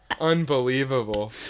unbelievable